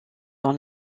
dans